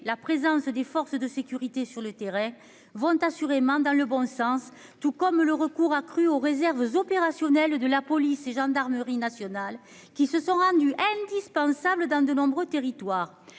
la présence des forces de sécurité sur le terrain vont assurément dans le bon sens, tout comme le recours accru aux réserves opérationnelles de la police et gendarmerie nationale qui se sont rendus indispensables dans de nombreux territoires